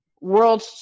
world